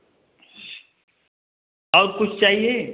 और कुछ चाहिए